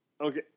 Okay